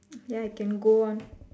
ya can go on